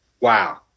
Wow